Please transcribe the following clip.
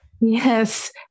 Yes